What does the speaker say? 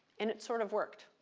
and it sort of worked.